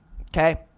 Okay